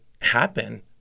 happen